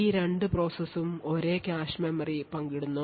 ഈ രണ്ടു പ്രോസസും ഒരേ കാഷെ മെമ്മറി പങ്കിടുന്നു